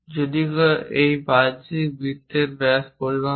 যদি কেউ সেই বাহ্যিক বৃত্তের ব্যাস পরিমাপ করে